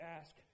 ask